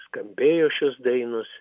skambėjo šios dainos